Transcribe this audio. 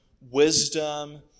wisdom